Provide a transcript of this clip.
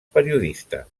periodista